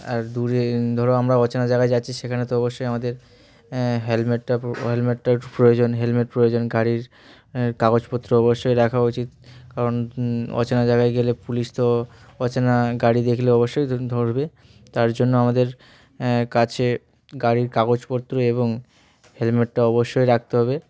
আর দূরে ধরো আমরা অচেনা জায়গায় যাচ্ছি সেখানে তো অবশ্যই আমাদের হেলমেটটা হেলমেটটা প্রয়োজন হেলমেট প্রয়োজন গাড়ির কাগজপত্র অবশ্যই রাখা উচিত কারণ অচেনা জায়গায় গেলে পুলিশ তো অচেনা গাড়ি দেখলে অবশ্যই ধর ধরবে তার জন্য আমাদের কাছে গাড়ির কাগজপত্র এবং হেলমেটটা অবশ্যই রাখতে হবে